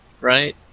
right